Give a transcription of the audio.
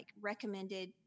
recommended